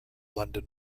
london